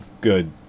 good